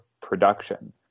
production